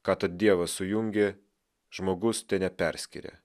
ką tad dievas sujungė žmogus teneperskiria